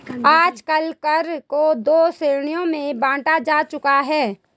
आजकल कर को दो श्रेणियों में बांटा जा चुका है